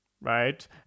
right